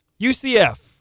UCF